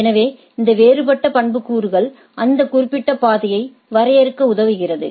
எனவே இந்த வேறுபட்ட பண்புக்கூறுகள் அந்த குறிப்பிட்ட பாதையை வரையறுக்க உதவுகிறது